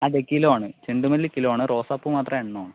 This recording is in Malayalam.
കിലോയാണ് ചെണ്ടുമല്ലി കിലോയാണ് റോസാ പൂ മാത്രം എണ്ണമാണ്